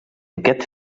aquest